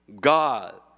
God